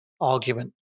argument